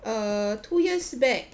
err two years back